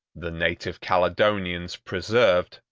the native caledonians preserved,